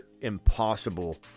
impossible